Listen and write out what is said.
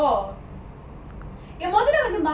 so I think it's something I feel like I do ah